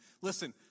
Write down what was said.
Listen